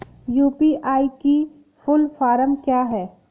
UPI की full form क्या है?